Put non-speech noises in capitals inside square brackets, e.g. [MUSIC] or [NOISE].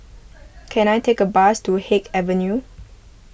[NOISE] can I take a bus to Haig Avenue